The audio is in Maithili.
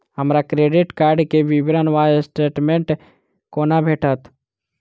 हमरा क्रेडिट कार्ड केँ विवरण वा स्टेटमेंट कोना भेटत?